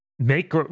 Make